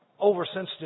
oversensitive